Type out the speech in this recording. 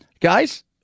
Guys